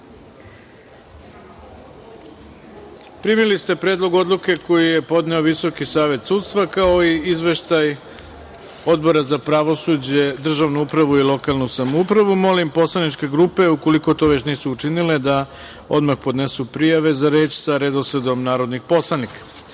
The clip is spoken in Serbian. sudstva. Primili ste Predlog odluke koji je podneo Visoki savet sudstva, kao i izveštaj Odbora za pravosuđe, državnu upravu i lokalnu samoupravu. Molim poslaničke grupe, ukoliko to već nisu učinile da odmah podnesu prijave za reč sa redosledom narodnih